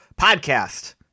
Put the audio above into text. podcast